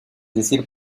decir